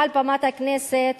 מעל במת הכנסת,